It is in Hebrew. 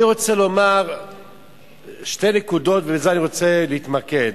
אני רוצה לומר שתי נקודות, ובזה אני רוצה להתמקד.